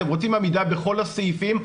אתם רוצים עמידה בכל הסעיפים,